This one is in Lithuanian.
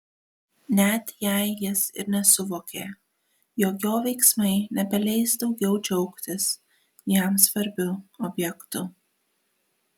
net jei jis ir nesuvokė jog jo veiksmai nebeleis daugiau džiaugtis jam svarbiu objektu